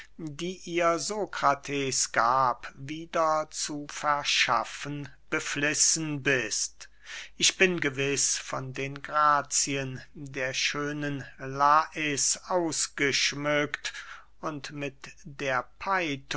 die ihr sokrates gab wieder zu verschaffen beflissen bist ich bin gewiß von den grazien der schönen lais ausgeschmückt und mit der peitho